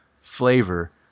flavor